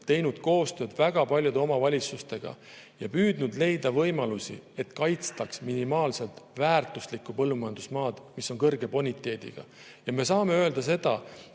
teinud koostööd väga paljude omavalitsustega ja püüdnud leida võimalusi, et kaitstaks väärtuslikku põllumajandusmaad, mis on kõrge boniteediga. Me saame öelda,